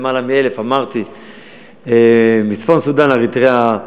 למעלה מ-1,000, אמרתי, מצפון-סודאן, מאריתריאה,